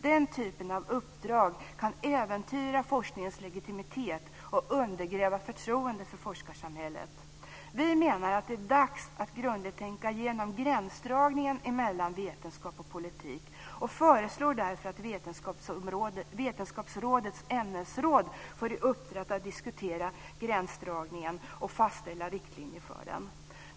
Den typen av uppdrag kan äventyra forskningens legitimitet och undergräva förtroendet för forskarsamhället. Vi menar att det är dags att grundligt tänka igenom gränsdragningen mellan vetenskap och politik och föreslår därför att Vetenskapsrådets ämnesråd får i uppdrag att diskutera gränsdragningen och att fastställa riktlinjer för dem.